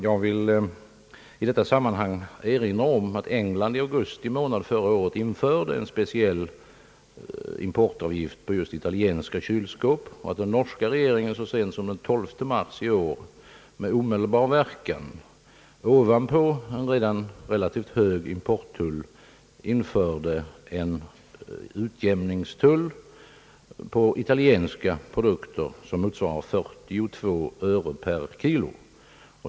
Jag vill i detta sammanhang erinra om att England i augusti månad förra året införde en speciell importavgift på just italienska kylskåp och att den norska regeringen så sent som den 12 mars i år med omedelbar verkan — ovanpå en redan relativt hög importtull — införde en utjämningstull på italienska produkter som motsvarar 42 öre per kilo.